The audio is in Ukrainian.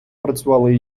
працювали